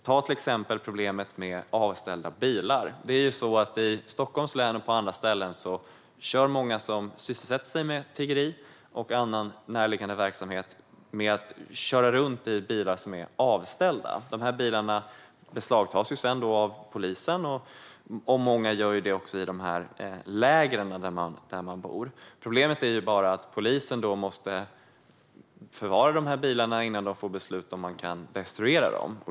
Ta till exempel problemet med avställda bilar. I Stockholms län och på andra ställen kör många som sysselsätter sig med tiggeri och annan närliggande verksamhet runt i bilar som är avställda. De bilarna beslagtas sedan av polisen. Det gäller också i många av dessa läger där tiggarna bor. Problemet är bara att polisen måste förvara bilarna innan de får ett beslut om att destruera dem.